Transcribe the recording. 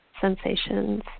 sensations